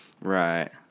Right